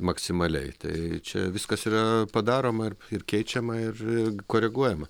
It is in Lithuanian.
maksimaliai tai čia viskas yra padaroma ir keičiama ir koreguojama